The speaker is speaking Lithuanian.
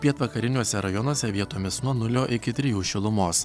pietvakariniuose rajonuose vietomis nuo nulio iki trijų šilumos